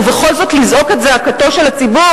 ובכל זאת לזעוק את זעקתו של הציבור,